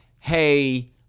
hey